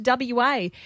WA